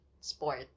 sport